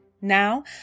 Now